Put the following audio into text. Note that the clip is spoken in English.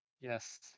yes